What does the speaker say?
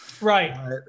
Right